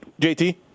JT